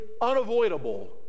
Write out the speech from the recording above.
unavoidable